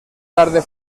tarde